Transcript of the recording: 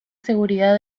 seguridad